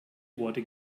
wurde